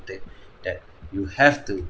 that that you have to